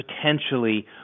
potentially